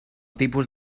tipus